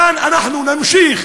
כאן אנחנו נמשיך,